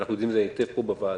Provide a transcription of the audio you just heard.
אנחנו יודעים את זה היטב פה בוועדה.